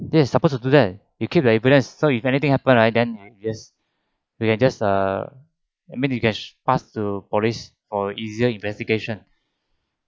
this is supposed to do that you keep the evidence so if anything happened right then yes we can just err at least you can pass to police for easier investigation